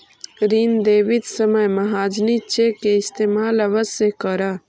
ऋण देवित समय महाजनी चेक के इस्तेमाल अवश्य करऽ